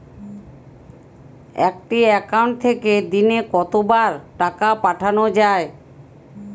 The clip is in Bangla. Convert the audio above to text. একটি একাউন্ট থেকে দিনে কতবার টাকা পাঠানো য়ায়?